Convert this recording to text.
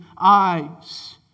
eyes